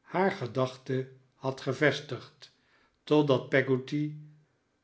haar gedachten had gevestigd totdat peggotty